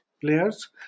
players